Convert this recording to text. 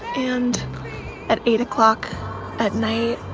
and at eight o'clock at night,